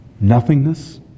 nothingness